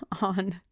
on